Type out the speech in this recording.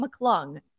McClung